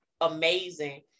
amazing